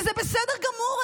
וזה בסדר גמור,